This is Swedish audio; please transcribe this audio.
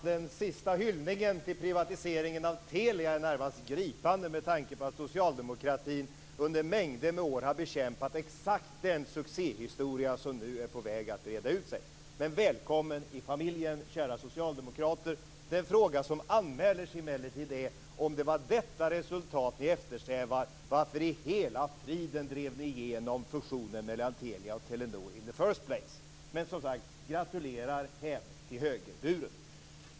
Fru talman! Hyllningen till privatiseringen av Telia var närmast gripande med tanke på att socialdemokratin under mängder av år har bekämpat exakt den succéhistoria som nu är på väg att breda ut sig. Välkommen i familjen, kära socialdemokrater! Den fråga som anmäler sig är följande: Om detta var det resultat ni eftersträvade, varför i hela friden drev ni igenom fusionen mellan Telia och Telenor in the first place? Men som sagt, gratulerar hem till högerburen!